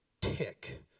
tick